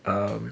um